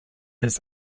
his